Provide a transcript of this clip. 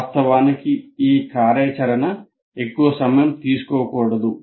వాస్తవానికి ఈ కార్యాచరణ ఎక్కువ సమయం తీసుకోకూడదు